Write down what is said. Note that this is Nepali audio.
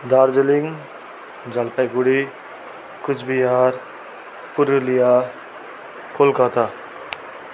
दार्जिलिङ जलपाइगुडी कुचबिहार पुरुलिया कोलकत्ता